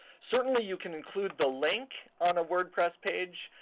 certainly you can include the link on a word press page.